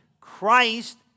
Christ